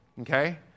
okay